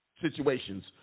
situations